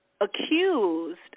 accused